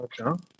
Okay